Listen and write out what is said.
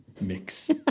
mix